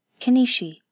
Kanishi